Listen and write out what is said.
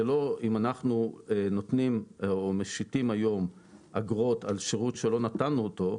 זה לא אם אנחנו נותנים או משיתים היום אגרות על שירות שלא נתנו אותו,